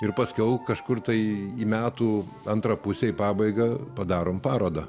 ir paskiau kažkur tai į metų antra pusė į pabaigą padarom parodą